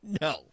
No